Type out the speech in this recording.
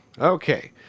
Okay